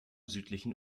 südlichen